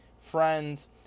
friends